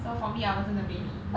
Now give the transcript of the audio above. so for me I wasn't the baby